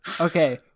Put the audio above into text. Okay